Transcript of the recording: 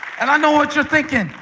and i know what you're thinking.